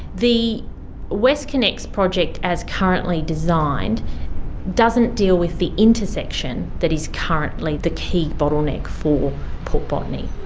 the westconnex project as currently designed doesn't deal with the intersection that is currently the key bottleneck for port botany.